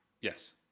Yes